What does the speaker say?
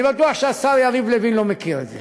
אני בטוח שהשר יריב לוין לא מכיר את זה,